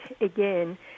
again